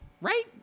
right